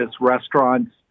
restaurants